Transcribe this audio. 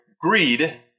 greed